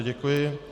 Děkuji.